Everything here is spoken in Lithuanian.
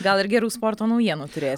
gal ir gerų sporto turėsi